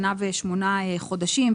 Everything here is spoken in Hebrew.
שנה ו-8 חודשים,